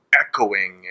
echoing